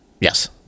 Yes